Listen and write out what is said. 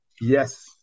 Yes